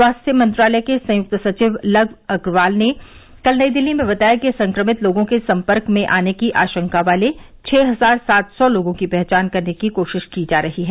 स्वास्थ्य मंत्रालय के संयुक्त सचिव लव अग्रवाल ने कल नयी दिल्ली में बताया कि संक्रमित लोगों के संपर्क में आने की आशंका वाले छह हजार सात सौ लोगों की पहचान करने की कोशिश की जा रही है